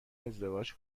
ازدواج